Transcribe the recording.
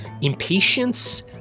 impatience